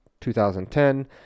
2010